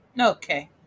Okay